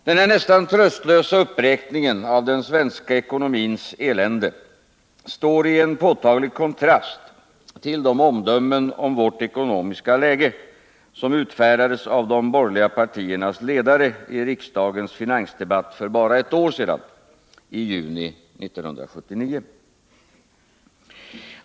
Denna nästan tröstlösa uppräkning av den svenska ekonomins alla eländen står i en påtaglig kontrast till de omdömen om vårt ekonomiska läge som utfärdades av de borgerliga partiernas ledare i riksdagens finansdebatt för bara ett år sedan, i juni 1979.